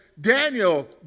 Daniel